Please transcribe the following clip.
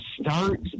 start